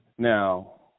Now